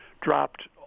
dropped